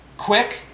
quick